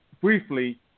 briefly